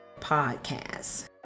podcast